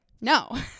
no